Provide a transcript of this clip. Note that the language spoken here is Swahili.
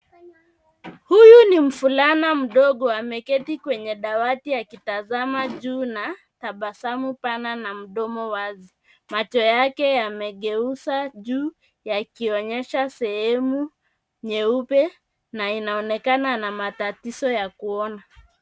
Huyu ni mvulana mdogo. Ameketi kwenye dawati akitazama juu na tabasamu pana na mdomo wazi. Macho yake amegeuza juu yakionyesha sehemu sehemu nyeupe na inaonekana ana matatizo ya kuona.